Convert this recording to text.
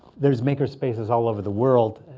there's makerspaces all over the world.